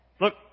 Look